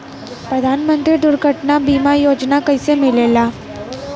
प्रधानमंत्री दुर्घटना बीमा योजना कैसे मिलेला?